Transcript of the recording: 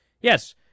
Yes